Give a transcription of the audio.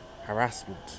harassment